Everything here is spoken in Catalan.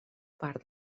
part